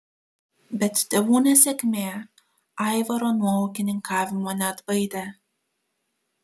bet tėvų nesėkmė aivaro nuo ūkininkavimo neatbaidė